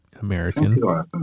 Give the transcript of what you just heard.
American